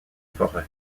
forêt